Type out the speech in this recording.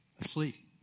asleep